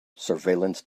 surveillance